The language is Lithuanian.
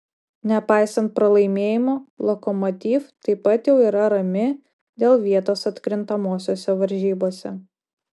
nepaisant pralaimėjimo lokomotiv taip pat jau yra rami dėl vietos atkrintamosiose varžybose